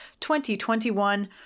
2021